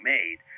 made